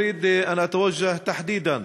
(אומר דברים בשפה הערבית,